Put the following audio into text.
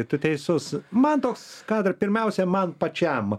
tu teisus man toks kadrą pirmiausia man pačiam